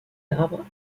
arbre